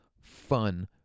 fun